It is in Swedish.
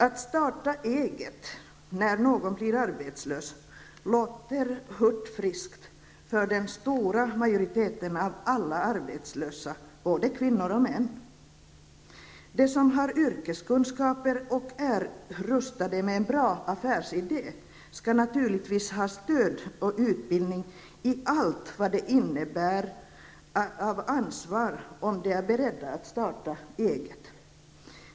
Att starta eget när man blir arbetslös låter hurtfriskt för den stora majoriteten av alla arbetslösa -- både kvinnor och män. De som har yrkeskunskaper och är rustade med en bra affärsidé skall naturligtvis ha stöd och utbildning i allt vad det innebär av ansvar om de är beredda att starta eget.